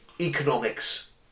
economics